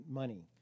money